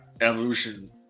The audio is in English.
Evolution